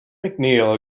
mcneil